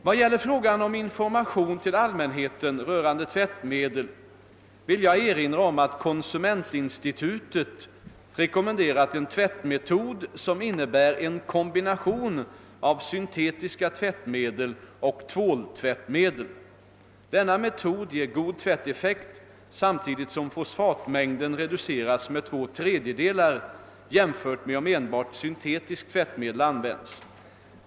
Vad gäller frågan om information till allmänheten rörande tvättmedlen vill jag erinra om att konsumentinstitutet rekommenderat en tvättmetod, som innebär en kombination av syntetiska tvättmedel och tvåltvättmedel. Denna metod ger god tvätteffekt samtidigt som fosfatmängden reduceras med 2/g jämfört med om enbart syntetiskt tvättmedel används.